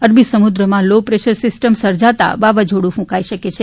અરબી સમુદ્રમાં low pressure system સર્જાતા વાવાઝોડું ક્રુંકાઇ શકે છે